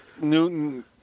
Newton